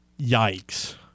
Yikes